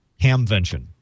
Hamvention